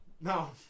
No